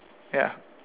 ya